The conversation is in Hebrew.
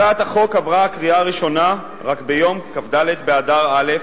הצעת החוק עברה קריאה ראשונה רק ביום כ"ד באדר א'